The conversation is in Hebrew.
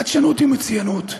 חדשנות ומצוינות.